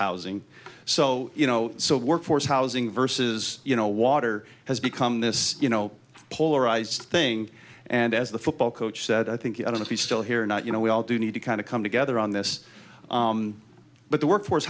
housing so you know so workforce housing versus you know water has become this you know polarized thing and as the football coach said i think you're going to be still here or not you know we all do need to kind of come together on this but the workforce